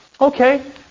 Okay